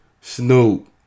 Snoop